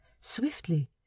swiftly